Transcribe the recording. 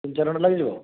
ତିନି ଚାରି ଘଣ୍ଟା ଲାଗିଯିବ